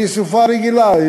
היא סופה רגילה,